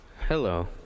Hello